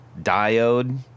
diode